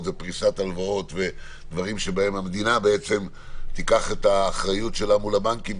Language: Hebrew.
ופריסת הלוואות ודברים שבהם המדינה בעצם תיקח אחריות מול הבנקים,